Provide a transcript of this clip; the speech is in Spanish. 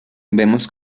vemos